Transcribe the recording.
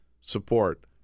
support